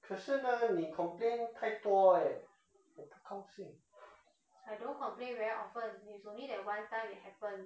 可是呢你 complain 太多 eh 我不高兴